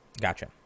Gotcha